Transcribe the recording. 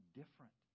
different